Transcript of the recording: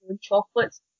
chocolates